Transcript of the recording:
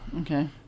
Okay